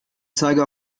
zeiger